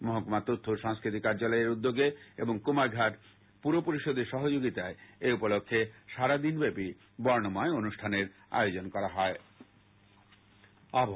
মহকুমা তখ্য ও সংস্কৃতি কার্যালয়ের উদ্যোগে এবং কুমারঘাট পুরপরিষদের সহযোগিতায় এই উপলক্ষ্যে সারা দিনব্যাপী বর্ণময় অনুষ্ঠানের আয়োজন করা হবে